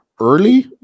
early